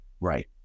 Right